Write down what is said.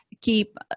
keep